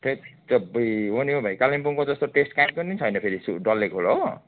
थेट अब्बुई हो नि हौ भाइ कालिम्पोङको जस्तो टेस्ट कहीँ पनि छैन फेरि डल्लेको हो